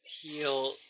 heal